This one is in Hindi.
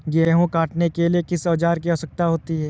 गेहूँ काटने के लिए किस औजार की आवश्यकता होती है?